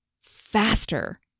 faster